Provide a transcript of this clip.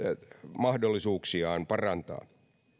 mahdollisuuksiaan parantaa